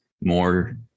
more